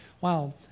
Wow